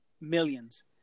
millions